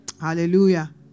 Hallelujah